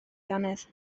dannedd